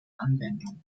anwendung